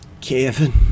kevin